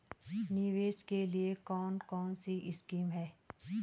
निवेश के लिए कौन कौनसी स्कीम हैं?